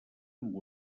amb